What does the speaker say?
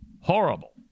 horrible